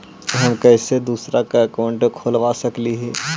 हम कैसे दूसरा का अकाउंट खोलबा सकी ही?